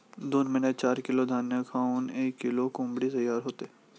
दोन महिन्यात चार किलो धान्य खाऊन एक किलो कोंबडी तयार होते